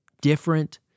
different